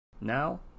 Now